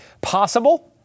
Possible